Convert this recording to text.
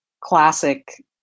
classic